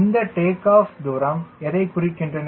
இந்த take off தூரம் எதைக் குறிக்கின்றன